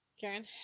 karen